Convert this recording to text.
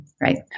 Right